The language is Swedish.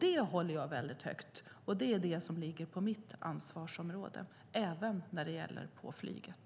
Det håller jag väldigt högt, och det ligger på mitt ansvarsområde även när det gäller flyget.